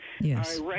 Yes